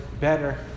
better